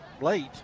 late